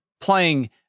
playing